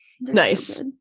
Nice